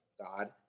God